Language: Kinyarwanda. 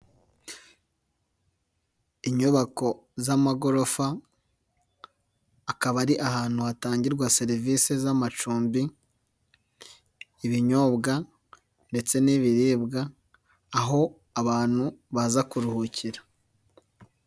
Inyubako z'amagorofa akaba ari ahantu hatangirwa serivisi z'amacumbi, ibinyobwa ndetse n'ibiribwa aho abantu baza kuruhukira.